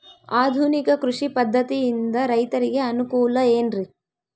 ಆಧುನಿಕ ಕೃಷಿ ಪದ್ಧತಿಯಿಂದ ರೈತರಿಗೆ ಅನುಕೂಲ ಏನ್ರಿ?